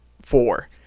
four